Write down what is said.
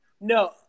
No